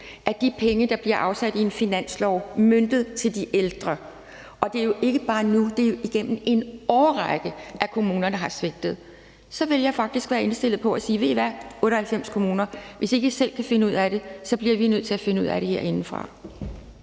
at de penge, der bliver afsat i en finanslov og er møntet på de ældre – det er jo ikke bare nu, men igennem en årrække, at kommunerne har svigtet – vil jeg faktisk være indstillet på at sige: Ved I hvad, 98 kommuner, hvis ikke I selv kan finde ud af det, bliver vi nødt til at finde ud af det herindefra.